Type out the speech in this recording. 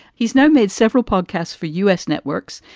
he's now made several podcasts for us networks,